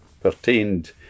pertained